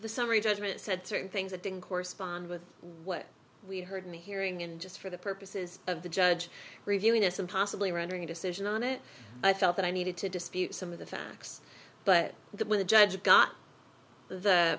the summary judgment said certain things that didn't correspond with what we heard in the hearing in just for the purposes of the judge reviewing this and possibly rendering a decision on it i felt that i needed to dispute some of the facts but the judge got the